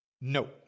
No